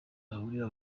hahurira